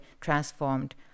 transformed